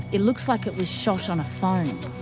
it looks like it was shot on a phone.